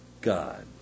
God